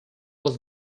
was